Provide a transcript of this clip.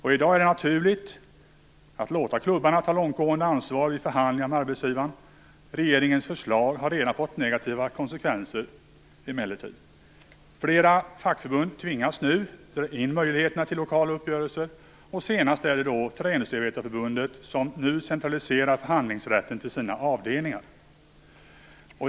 I dag är det naturligt att låta klubbarna ta ett långtgående ansvar i förhandlingar med arbetsgivaren. Regeringens förslag har emellertid redan fått negativa konsekvenser. Flera fackförbund tvingas nu dra in möjligheterna till lokala uppgörelser, och senast har det varit Träindustriarbetareförbundet som har centraliserat förhandlingsrätten till sina avdelningar.